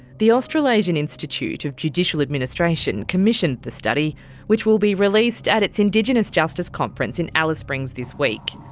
the australasian institute of judicial administration commissioned the study which will be released at its indigenous justice conference in alice springs this week.